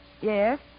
Yes